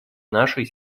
нашей